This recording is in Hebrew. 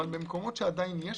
אבל במקומות שעדיין יש,